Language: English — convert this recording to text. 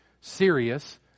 serious